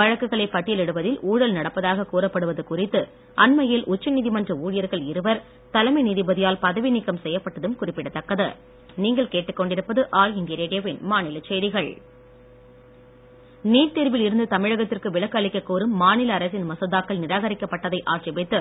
வழக்குகளை பட்டியலிடுவதில் ஊழல் நடப்பதாக கூறப்படுவது குறித்து அண்மையில் உச்ச நீதிமன்ற ஊழியர்கள் இருவர் தலைமை நீதிபதியால் பதவி நீக்கம் செய்யப்பட்டதும் குறிப்பிடத்தக்கது நீட் தேர்வு நீட் தேர்வில் இருந்து தமிழகத்திற்கு விலக்கு அளிக்கக் கோரும் மாநில அரசின் மசோதாக்கள் நிராகரிக்கப்பட்டதை ஆட்சேபித்து